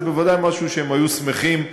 זה בוודאי משהו שהם היו שמחים,